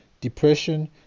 depression